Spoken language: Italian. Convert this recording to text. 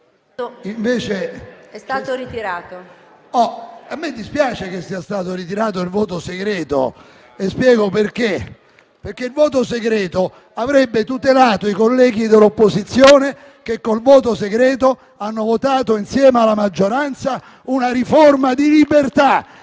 A me dispiace che sia stato ritirato il voto segreto e spiego perché. Il voto segreto avrebbe tutelato i colleghi dell'opposizione, che con il voto segreto hanno votato insieme alla maggioranza una riforma di libertà.